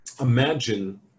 Imagine